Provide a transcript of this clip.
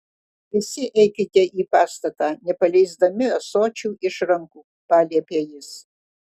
visi eikite į pastatą nepaleisdami ąsočių iš rankų paliepė jis